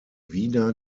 wiener